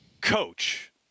Coach